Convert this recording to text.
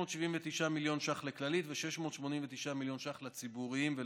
679 מיליון ש"ח לכללית ו-689 מיליון ש"ח לציבוריים העצמאיים.